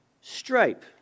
stripe